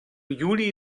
juli